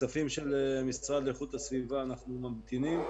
לכספים של המשרד לאיכות הסביבה אנחנו ממתינים,